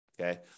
okay